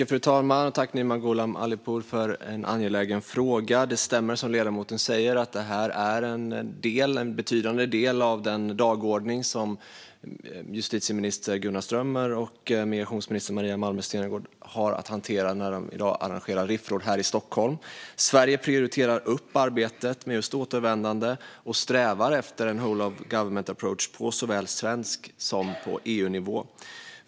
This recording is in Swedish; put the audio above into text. Fru talman! Tack, Nima Gholam Ali Pour, för en angelägen fråga! Det stämmer som ledamoten säger: Det här är en betydande del av den dagordning som justitieminister Gunnar Strömmer och migrationsminister Maria Malmer Stenergard har att hantera när de i dag arrangerar RIF-råd här i Stockholm. Sverige prioriterar arbetet med återvändande och strävar efter en whole-of-government approach på såväl svensk nivå som EU-nivå.